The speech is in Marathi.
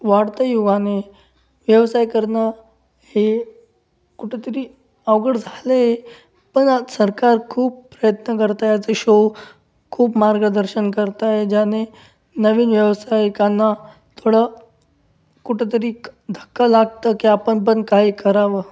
वाढतं युवाने व्यवसाय करणं हे कुठंतरी अवघड झालं आहे पण आज सरकार खूप प्रयत्न करतं आहे असे शो खूप मार्गदर्शन करत आहेत ज्याने नवीन व्यावसायिकांना थोडं कुठंतरी एक धक्का लागतं की आपण पण काही करावं